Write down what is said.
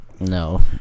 No